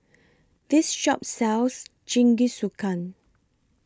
This Shop sells Jingisukan